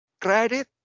Credit